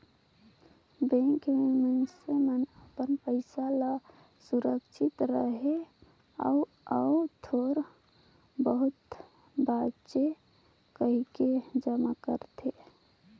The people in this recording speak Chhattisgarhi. बेंक में मइनसे मन अपन पइसा ल सुरक्छित रहें अउ अउ थोर बहुत बांचे कहिके जमा करथे